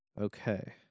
Okay